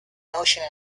ocean